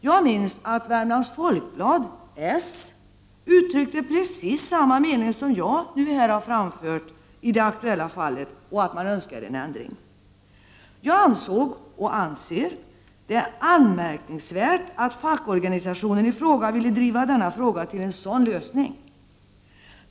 Jag minns att Värmlands Folkblad uttryckte precis samma mening som jag nu har framfört i det aktuella fallet och att man önskade en ändring. Jag ansåg — och anser — det anmärkningsvärt att fackorganisationen i fråga ville driva denna fråga till en sådan lösning.